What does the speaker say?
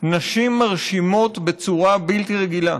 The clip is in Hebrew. נשים מרשימות בצורה בלתי רגילה.